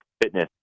fitness